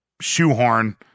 shoehorn